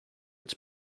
its